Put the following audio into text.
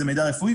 זה מידע רפואי.